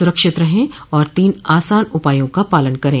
सुरक्षित रहें और तीन आसान उपायों का पालन करें